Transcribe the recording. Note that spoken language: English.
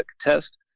test